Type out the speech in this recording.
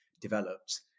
developed